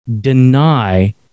deny